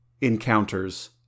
encounters